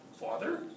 father